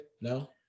No